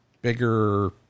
bigger